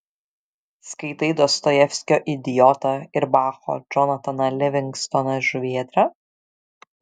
skaitai dostojevskio idiotą ir bacho džonataną livingstoną žuvėdrą